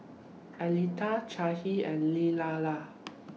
Altha Chaya and Lella